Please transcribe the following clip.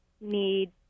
need